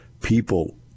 people